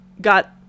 got